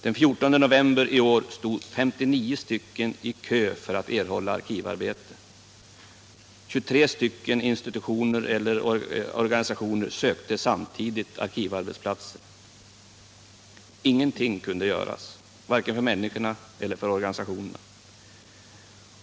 Den 14 november i år stod 59 personer i kö för att erhålla arkivarbete. 23 institutioner eller organisationer sökte samtidigt arkivarbetsplatser. Ingenting kan göras, vare sig för människorna eller för organisationerna.